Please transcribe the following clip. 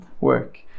work